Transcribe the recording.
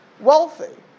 wealthy